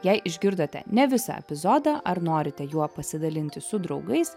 jei išgirdote ne visą epizodą ar norite juo pasidalinti su draugais